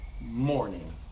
morning